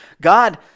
God